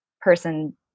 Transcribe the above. person